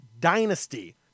Dynasty